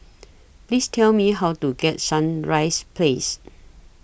Please Tell Me How to get Sunrise Place